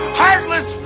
heartless